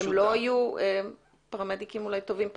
הם לא יהיו פרמדיקים אולי טובים פחות.